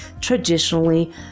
traditionally